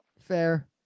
Fair